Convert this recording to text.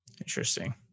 interesting